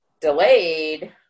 delayed